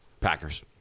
Packers